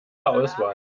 auswahl